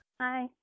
Hi